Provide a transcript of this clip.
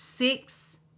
six